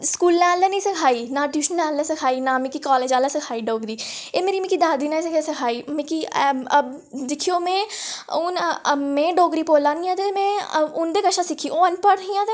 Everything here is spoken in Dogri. स्कूलें आह्ले निं सखाई नां ट्यूशन आह्लें सिखाई ना मिगी काॅलेज आह्ले सिखाई डोगरी एह् मिगी मेरी दादी नै गै सिखाई दिक्खेओ हून में डोगरी बोल्लै निं ऐ ते में उं'दे शा सिक्खी ओह् अनपढ़ हियां